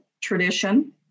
tradition